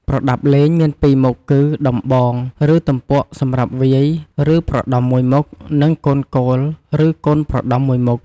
ប្រដាប់លេង មាន២មុខគឺ ដំបង ឬ ទំពក់សម្រាប់វាយ ឬប្រដំមួយមុខ និងកូលគោល ឬកូនប្រដំ ១ មុខ។